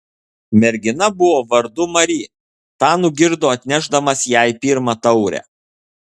mergina buvo vardu mari tą nugirdo atnešdamas jai pirmą taurę